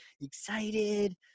excited